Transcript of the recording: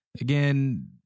again